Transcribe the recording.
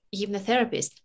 hypnotherapist